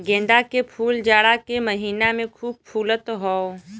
गेंदा के फूल जाड़ा के महिना में खूब फुलत हौ